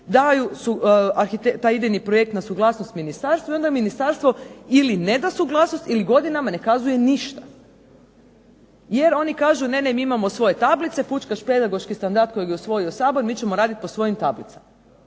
daju taj idejni projekt na suglasnost Ministarstvu i onda Ministarstvo ili ne da suglasnost ili godinama ne kazuje ništa. Jer oni kažu mi imamo svoje tablice, fučkaš pedagoški standard kojeg je usvojio Sabor i mi ćemo raditi po svojim tablicama.